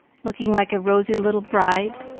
looking like a rosy little bride,